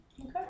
Okay